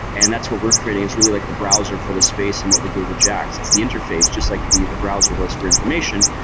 and that's what we're creating is really like the browser for the space and what we're doing with jaxx. it's the interface, just like the the browser was for information,